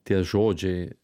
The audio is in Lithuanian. tie žodžiai